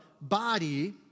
body